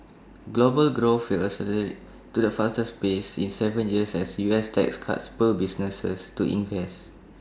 global growth will accelerate to the fastest pace in Seven years as U S tax cuts spur businesses to invest